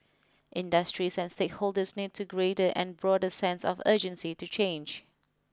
industries and stakeholders need a greater and broader sense of urgency to change